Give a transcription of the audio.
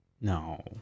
No